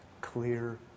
clear